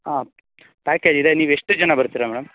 ಹಾಂ ಪ್ಯಾಕೇಜ್ ಇದೆ ನೀವು ಎಷ್ಟು ಜನ ಬರ್ತೀರಾ ಮೇಡಮ್